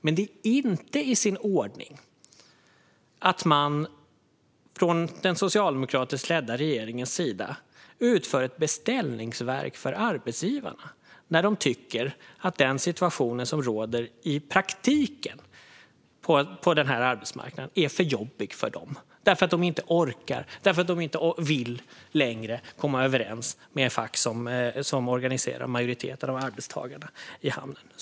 Men det är inte i sin ordning att man från den socialdemokratiskt ledda regeringens sida utför ett beställningsverk från arbetsgivarna när de tycker att den situation som i praktiken råder på arbetsmarknaden är för jobbig för dem. De orkade inte, och de ville inte längre komma överens med fack som organiserar majoriteten av arbetstagarna i hamnen.